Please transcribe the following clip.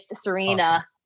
Serena